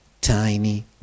tiny